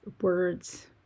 words